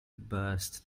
burst